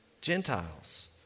Gentiles